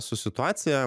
su situacija